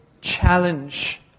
challenge